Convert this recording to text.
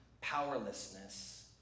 powerlessness